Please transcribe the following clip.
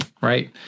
Right